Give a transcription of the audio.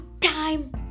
time